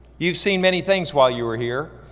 you've seen many things while you were here.